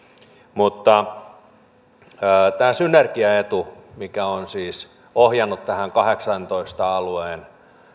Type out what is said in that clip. mutta tämä synergiaetu mikä on siis ohjannut tähän kahdeksaantoista alueen